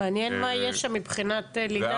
מעניין מה יהיה שם מבחינת לינה.